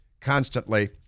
constantly